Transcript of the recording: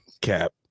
Cap